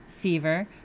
fever